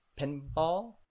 pinball